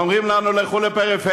אומרים לנו: לכו לפריפריה,